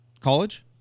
College